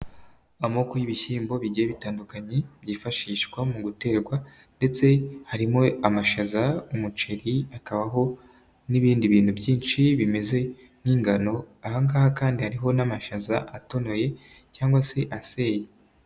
Amoko y'ibishyimbo bigiye bitandukanye byifashishwa mu guterwa ndetse harimo amashaza, umuceri, hakabaho n'ibindi bintu byinshi bimeze nk'ingano, ahangaha kandi hariho n'amashaza atonoye cyangwa se aseye.